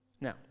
Now